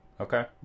Okay